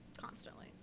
Constantly